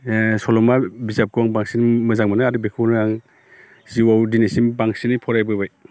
सल'मा बिजाबखौ आं बांसिन मोजां मोनो आरो बेखौनो आं जिउआव दिनैसिम बांसिनै फरायबोबाय